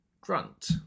Grunt